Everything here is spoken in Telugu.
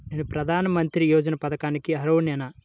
నేను ప్రధాని మంత్రి యోజన పథకానికి అర్హుడ నేన?